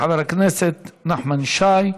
חבר הכנסת נחמן שי,